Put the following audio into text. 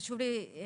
חשוב לי טיפה